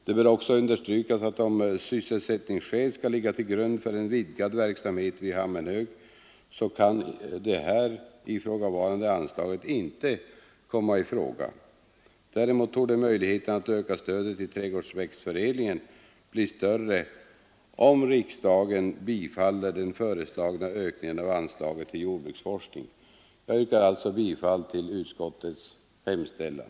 Det bör också understrykas att om sysselsättningsskäl skall ligga till grund för en vidgad verksamhet vid Hammenhög, så kan det här ifrågavarande anslaget inte komma i fråga. Däremot torde möjligheterna att öka stödet till trädgårdsväxtförädlingen bli större, om riksdagen bifaller den föreslagna ökningen av anslaget till jordbruksforskning. Jag yrkar alltså bifall till utskottets hemställan.